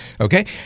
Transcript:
Okay